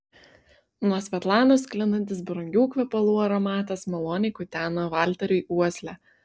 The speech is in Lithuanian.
nuo svetlanos sklindantis brangių kvepalų aromatas maloniai kuteno valteriui uoslę